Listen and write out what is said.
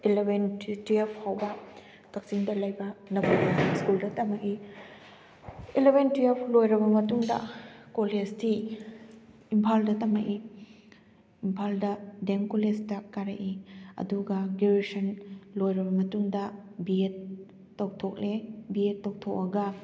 eleven twelve ꯐꯥꯎꯕ ꯀꯛꯆꯤꯡꯗ ꯂꯩꯕ ꯅꯥꯕꯣꯗꯤꯌꯥ ꯍꯥꯏ ꯁ꯭ꯀꯨꯜꯗ ꯇꯝꯃꯛꯏ ꯑꯦꯂꯕꯦꯟ ꯇꯨꯌꯦꯐ ꯂꯣꯏꯔꯕ ꯃꯇꯨꯡꯗ ꯀꯣꯂꯦꯖꯇꯤ ꯏꯝꯐꯥꯜꯗ ꯇꯝꯃꯛꯏ ꯏꯝꯐꯥꯜꯗ ꯗꯦ ꯝ ꯀꯣꯂꯦꯖꯇ ꯀꯥꯔꯛꯏ ꯑꯗꯨꯒ ꯒꯤꯎꯔꯦꯁꯟ ꯂꯣꯏꯔꯕ ꯃꯇꯨꯡꯗ ꯕꯦꯠ ꯇꯧꯊꯣꯛꯂꯦ ꯕꯦꯠ ꯇꯧꯊꯣꯛꯑꯒ